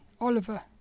Oliver